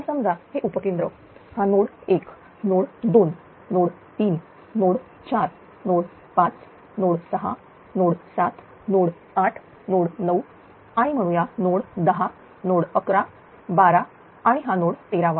तर समजा हे उपकेंद्र हा नोड 1नोड 2नोड 3नोड 4नोड 5नोड 6नोड 7नोड 8नोड 9 आणि म्हणूया नोड 10 नोड 11 12 आणि हा नोड तेरावा